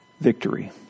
victory